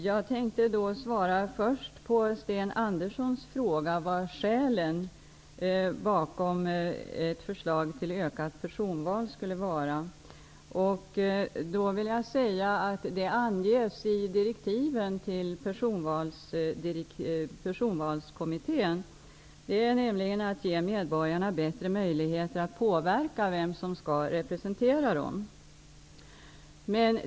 Herr talman! Jag skall först svara på Sten Anderssons i Malmö fråga om vilka skälen bakom ett förslag till ökat personval skulle vara. Det anges i direktiven till Personvalskommittén. Skälen är att medborgarna skall få bättre möjligheter att påverka vem som skall representera dem.